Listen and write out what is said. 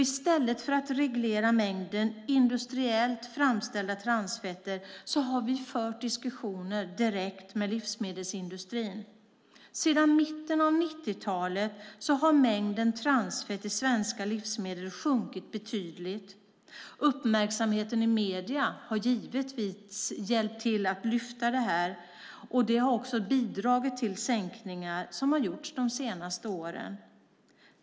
I stället för att reglera mängden industriellt framställda transfetter har vi fört diskussioner direkt med livsmedelsindustrin. Sedan mitten av 90-talet har mängden transfett i svenska livsmedel sjunkit betydligt. Uppmärksamheten i medierna har givetvis hjälpt till att lyfta fram det här, och det har också bidragit till sänkningar som har gjorts de senaste åren.